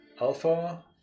alpha